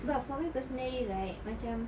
but for me personally right macam